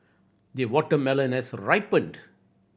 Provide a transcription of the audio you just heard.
the watermelon has ripened